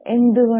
എന്തുകൊണ്ട്